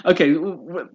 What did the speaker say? okay